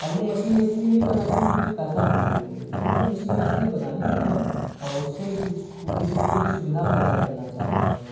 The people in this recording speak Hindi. और वो मशीनें इसलिए नहीं बनानी की कोई पैसा हम लोगों को मिल जाएगा वो मशीनें इसलिए बनानी हैं कि हम उससे किसी के लिए सुविधा पैदा करना चाहते हैं